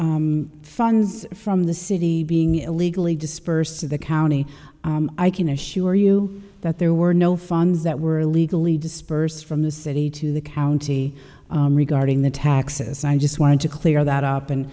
funds from the city being illegally dispersed to the county i can assure you that there were no funds that were illegally dispersed from the city to the county regarding the taxes i just wanted to clear that up and